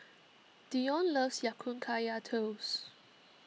Dion loves Ya Kun Kaya Toast